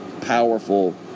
powerful